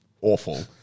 awful